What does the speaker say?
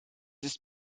ist